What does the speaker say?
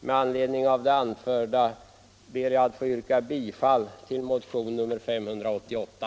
Med anledning av det anförda ber jag att få yrka bifall till motionen 588.